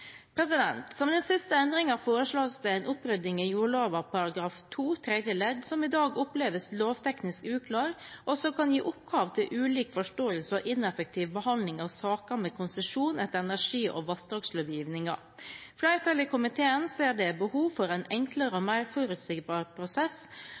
Som siste endring foreslås det en opprydding i jordloven § 2 tredje ledd, som i dag oppleves lovteknisk uklar, og som kan gi opphav til ulik forståelse og ineffektiv behandling av saker med konsesjon etter energi- og vassdragslovgivningen. Flertallet i komiteen ser at det er behov for en enklere og